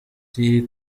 kuri